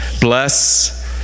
bless